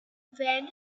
then